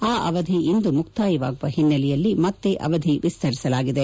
ಆ ಅವಧಿ ಇಂದು ಮುಕ್ತಾಯವಾಗುವ ಹಿನ್ನೆಲೆಯಲ್ಲಿ ಮತ್ತೆ ಅವಧಿ ವಿಸ್ತರಿಸಲಾಗಿದೆ